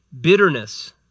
bitterness